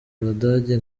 abadage